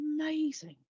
amazing